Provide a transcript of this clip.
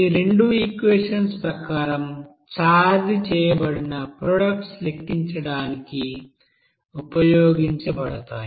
ఈ రెండు ఈక్వెషన్స్ ప్రకారం ఛార్జ్డ్ చేయబడిన ప్రొడక్ట్స్ లెక్కించడానికి ఉపయోగించబడతాయి